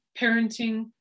parenting